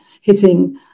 hitting